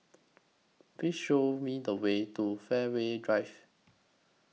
Please Show Me The Way to Fairways Drive